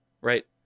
right